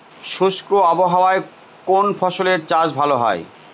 শুষ্ক আবহাওয়ায় কোন ফসলের চাষ ভালো হয়?